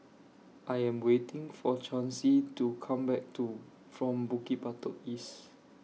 I Am waiting For Chauncy to Come Back to from Bukit Batok East